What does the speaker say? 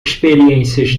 experiências